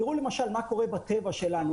תראו למשל מה קורה בטבע שלנו.